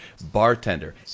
bartender